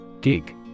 Gig